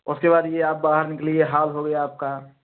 और इसके बाद यह आप बाहर निकलिए हाल हो गया आपका